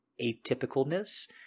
atypicalness